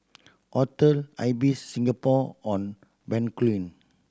Hotel Ibis Singapore On Bencoolen